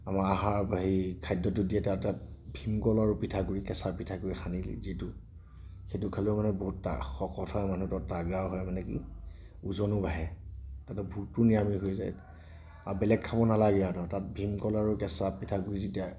আমাৰ আহাৰ হেৰি খাদ্যটো দিয়ে তাৰ তাত ভিমকল আৰু পিঠাগুৰি কেঁচা পিঠাগুৰি সানি যিটো সেইটো খালেও মানে বহুত শকত হয় মানুহটো তাগৰা হয় মানে কি ওজনো বাঢ়ে তাতে ভোকটো নিৰাময় হৈ যায় আৰু বেলেগ খাব নালাগে আৰু ধৰ তাত ভিমকল আৰু কেঁচা পিঠাগুৰি যেতিয়া